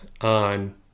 on